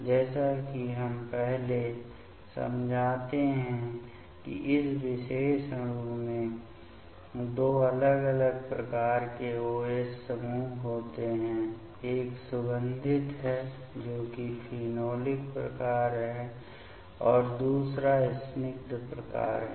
जैसा कि हम पहले समझाते हैं कि इस विशेष अणु में दो अलग अलग प्रकार के OH समूह होते हैं एक सुगंधित है जो कि फेनोलिक प्रकार है और दूसरा स्निग्ध प्रकार है